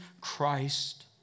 Christ